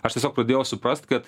aš tiesiog pradėjo suprast kad